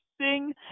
sing